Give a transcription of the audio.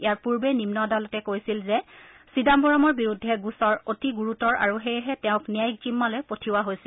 ইয়াৰ পূৰ্বে নিম্ন আদালতে কৈছিল যে চিদাম্বৰমৰ বিৰুদ্ধে গোচৰ অতি গুৰুতৰ আৰু সেয়েহে তেওঁ ন্যায়িক জিম্মালৈ পঠিওৱা হৈছিল